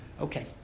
Okay